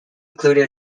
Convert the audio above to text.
included